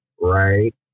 Right